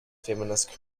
feminist